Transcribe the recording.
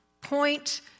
point